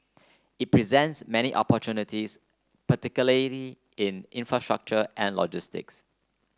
it presents many opportunities particularly in infrastructure and logistics